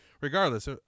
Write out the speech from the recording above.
regardless